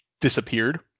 disappeared